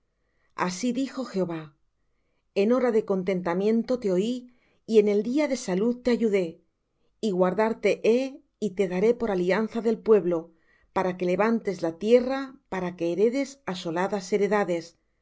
así dijo jehová en hora de contentamiento te oí y en el día de salud te ayudé y guardarte he y te daré por alianza del pueblo para que levantes la tierra para que heredes asoladas heredades